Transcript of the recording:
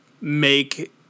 make